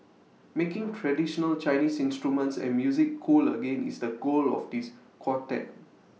making traditional Chinese instruments and music cool again is the goal of this quartet